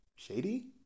Shady